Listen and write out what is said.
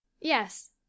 yes